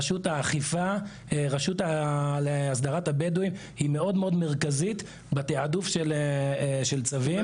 הרשות להסדרת הבדואים היא מאוד מרכזית בתיעדוף של צווים.